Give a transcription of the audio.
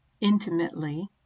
intimately